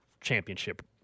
championship